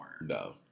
No